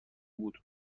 بود